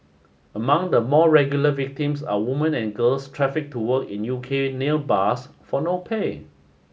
among the more regular victims are woman and girls trafficked to work in U K nail bars for no pay